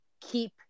keep